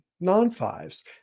non-fives